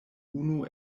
unu